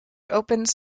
opens